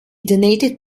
donated